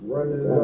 Running